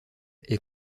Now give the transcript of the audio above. est